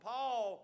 Paul